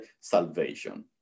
salvation